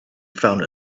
found